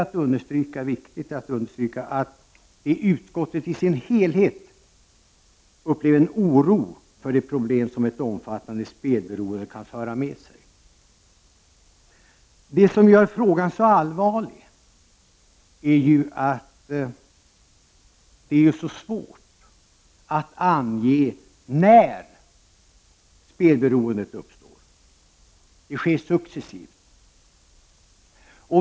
Det är viktigt att understryka att utskottet i sin helhet upplever en oro för det problem som ett omfattande spelberoende kan föra med sig. Det som gör frågan så allvarlig är ju att det är så svårt att ange när ett spelberoende uppstår. Detta sker ju successivt.